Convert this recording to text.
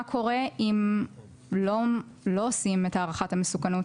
מה קורה אם לא עושים את הערכת המסוכנות?